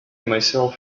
myself